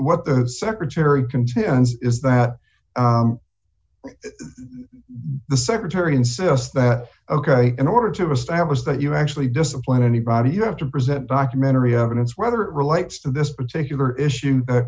what the secretary contends is that the secretary insists that ok in order to establish that you actually discipline anybody you have to present documentary evidence whether it relates to this particular issue